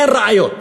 אין ראיות.